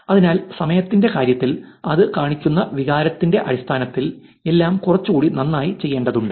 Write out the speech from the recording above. അതിനാൽ സമയത്തിന്റെ കാര്യത്തിൽ അത് കാണിക്കുന്ന വികാരത്തിന്റെ അടിസ്ഥാനത്തിൽ എല്ലാം കുറച്ചുകൂടി നന്നായി ചെയ്യേണ്ടതുണ്ട്